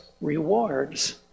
rewards